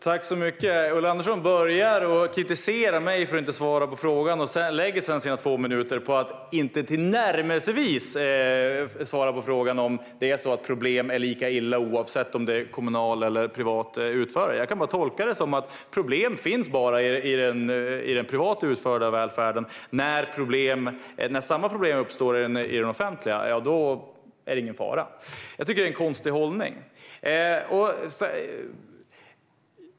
Herr talman! Ulla Andersson började med att kritisera mig för att inte svara på frågan. Sedan ägnade hon sina två minuter åt att inte tillnärmelsevis svara på frågan om problemen är lika illa oavsett om det är fråga om kommunala eller privata utförare. Jag kan bara tolka detta som att problem bara finns i den privat utförda välfärden. När samma problem uppstår i den offentliga verksamheten är det ingen fara. Jag tycker att det är en konstig hållning.